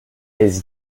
his